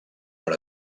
per